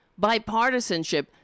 bipartisanship